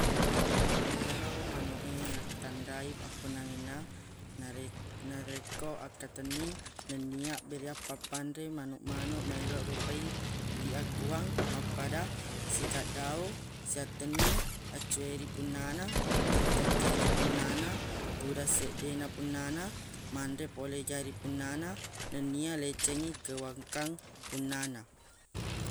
Iyaro manuq e nattanra i appunnangenna narek- narekko akkatenni nennia abbereang pappanre manuq manuq maelo rupa i idi akkuang mappada sikaddao siattenni accue ri punnana tettong ki aje punnana tudang seddena punnana manre pole jari punnana nenia leccengngi kewangkang punnana.